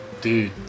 Dude